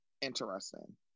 interesting